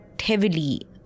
heavily